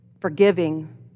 forgiving